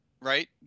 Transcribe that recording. Right